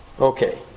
Okay